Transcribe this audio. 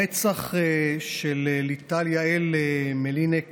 הרצח של ליטל יעל מלניק